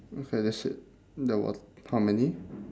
okay that's it that was how many